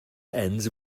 ends